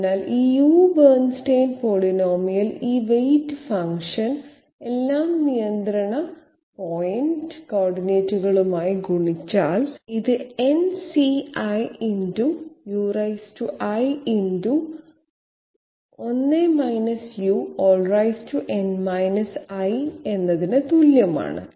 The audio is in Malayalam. അതിനാൽ ഈ u ബെർൺസ്റ്റൈൻ പോളിനോമിയൽ ഈ വെയ്റ്റ് ഫംഗ്ഷൻ എല്ലാ നിയന്ത്രണ പോയിന്റ് കോർഡിനേറ്റുകളുമായും ഗുണിച്ചാൽ ഇത് nCi × ui × n i ന് തുല്യമാണ്